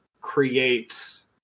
creates